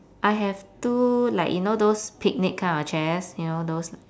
I have two like you know those picnic kind of chairs you know those